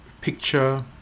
picture